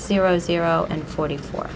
zero zero and forty four